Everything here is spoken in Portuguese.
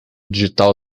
digital